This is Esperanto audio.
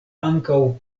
ankaŭ